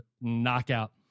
knockout